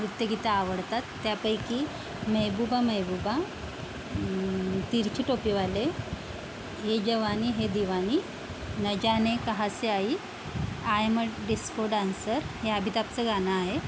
नृत्यगीतं आवडतात त्यापैकी मेहबूबा मेहबूबा तिरछी टोपीवाले ये जवानी है दिवानी न जाने कहाँ से आयी I am a disco dancer हे अमिताभचं गाणं आहे